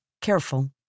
careful